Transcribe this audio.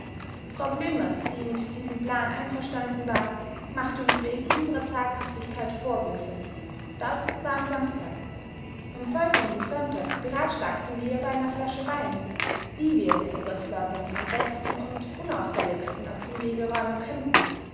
frau blömers die mit diesem plan einverstanden war machte uns wegen unserer zaghaftigkeit vorwürfe das war am samstag am folgenden sonntag beratschlagten wir bei einer flasche wein wie wir den oberstleutnant am besten und unauffälligsten aus dem wege räumen könnten